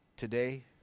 today